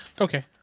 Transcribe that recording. Okay